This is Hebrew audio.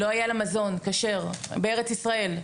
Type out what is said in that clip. לא היה מזון כשר בארץ ישראל.